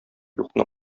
юкны